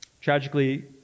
Tragically